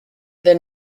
the